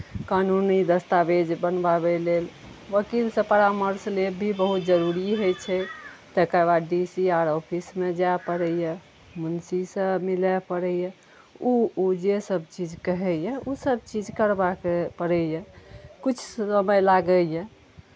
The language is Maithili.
कानूनी दस्तावेज बनवाबय लेल वकीलसँ परामर्श लेब भी बहुत जरूरी होइ छै तकर बाद डी सी आर ऑफिसमे जाए पड़ैए मुंशीसँ मिलए पड़ैए ओ ओ जेसभ चीज कहैए ओसभ चीज करबाके पड़ैए किछु समय लागैए